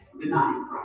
denying